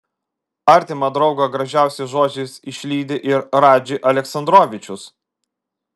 artimą draugą gražiausiais žodžiais išlydi ir radži aleksandrovičius